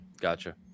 gotcha